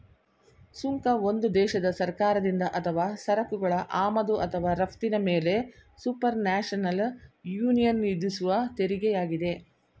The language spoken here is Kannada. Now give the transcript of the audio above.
ಸುಂಕ ಒಂದು ದೇಶದ ಸರ್ಕಾರದಿಂದ ಅಥವಾ ಸರಕುಗಳ ಆಮದು ಅಥವಾ ರಫ್ತಿನ ಮೇಲೆಸುಪರ್ನ್ಯಾಷನಲ್ ಯೂನಿಯನ್ವಿಧಿಸುವತೆರಿಗೆಯಾಗಿದೆ